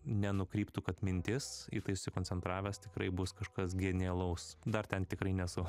nenukryptų kad mintis į tai susikoncentravęs tikrai bus kažkas genialaus dar ten tikrai nesu